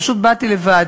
פשוט באתי לבד.